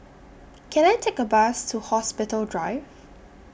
Can I Take A Bus to Hospital Drive